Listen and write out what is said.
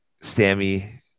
Sammy